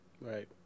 Right